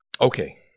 Okay